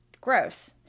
gross